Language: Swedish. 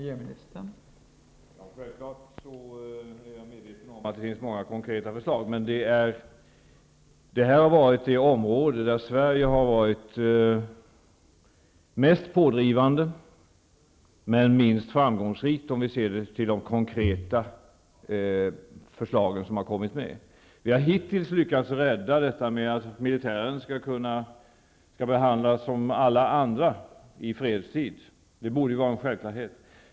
Fru talman! Självfallet är jag medveten om att det finns många konkreta förslag. Detta har varit det område där Sverige har varit mest pådrivande men minst framgångsrikt, sett till de konkreta förslag som vi har fått med. Vi har hittills lyckats rädda förslaget att militären i fredstid skall behandlas som alla andra; det borde ju vara en självklarhet.